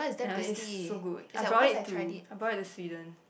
ya it's so good I brought it to I brought it to Sweden